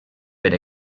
per